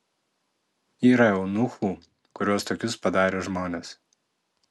yra eunuchų kuriuos tokius padarė žmonės